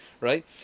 right